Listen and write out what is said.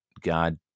God